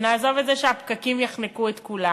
ונעזוב את זה שהפקקים יחנקו את כולם.